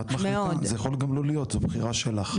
את מחליטה, זה יכול גם לא להיות, זו בחירה שלך.